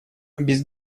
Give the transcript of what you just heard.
без